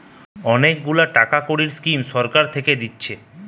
অনেক গুলা টাকা কড়ির স্কিম সরকার নু দিতেছে